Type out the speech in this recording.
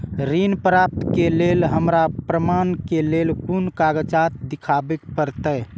ऋण प्राप्त के लेल हमरा प्रमाण के लेल कुन कागजात दिखाबे के परते?